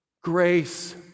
Grace